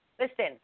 listen